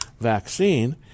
vaccine